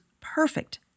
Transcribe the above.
perfect